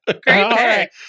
Great